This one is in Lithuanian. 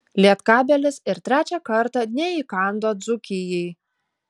lietkabelis ir trečią kartą neįkando dzūkijai